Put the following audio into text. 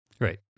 Right